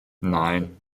nein